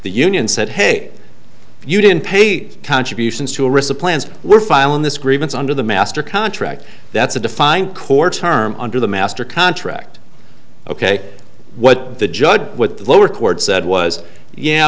the union said hey you didn't pay contributions to receive plans we're filing this grievance under the master contract that's a defined court's term under the master contract ok what the judge what the lower court said was yeah